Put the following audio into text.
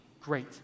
great